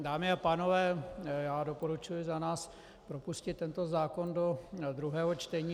Dámy a pánové, já doporučuji za nás propustit tento zákon do druhého čtení.